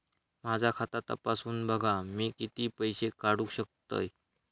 माझा खाता तपासून बघा मी किती पैशे काढू शकतय?